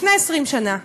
לפני 20 שנה.